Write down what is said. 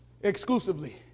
Exclusively